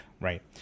right